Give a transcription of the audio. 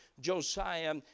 Josiah